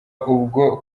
ubwo